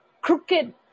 crooked